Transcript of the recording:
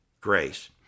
grace